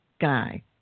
guy